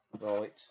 Right